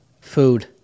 food